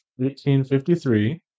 1853